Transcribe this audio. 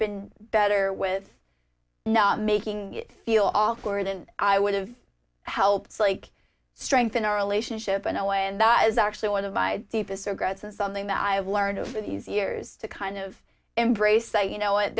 been better with making it feel awkward and i would've helped like strengthen our relationship in a way and that was actually one of my deepest regrets and something that i have learned over these years to kind of embrace a you know what